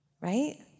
right